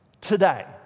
today